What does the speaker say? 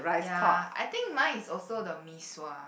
ya I think mine is also the mee sua